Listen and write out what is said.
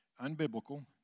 unbiblical